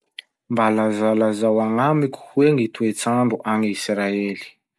Mba lazalazao agnamiko hoe gny toetsandro agny Israely?